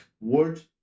Word